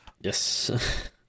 Yes